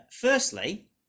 Firstly